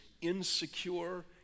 insecure